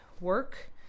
work